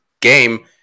game